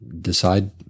decide